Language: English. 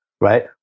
right